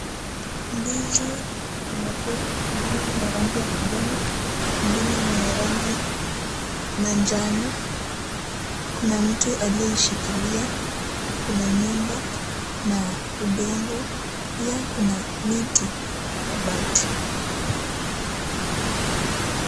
Ndizi ambapo ingine ni ya rangi ya kijani ingine ni ya rangi manjano. Kuna mtu aliyeshikilia, kuna nyumba na udongo. Pia kuna miti na mabati.